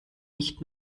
nicht